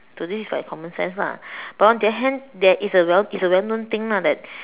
so this is like common sense lah but on the hand that it's a well it's a well known thing lah that